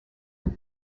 with